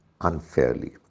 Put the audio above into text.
unfairly